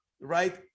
right